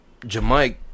Jamike